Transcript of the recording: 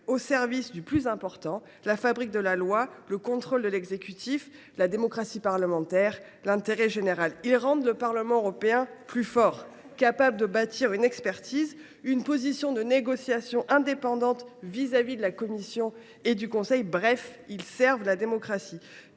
au service du plus important : la fabrique de la loi, le contrôle de l’exécutif, la démocratie parlementaire, l’intérêt général. Ils rendent le Parlement européen plus fort, mieux à même de bâtir une expertise et une position de négociation indépendantes vis à vis de la Commission et du Conseil. Bref, ils servent la démocratie.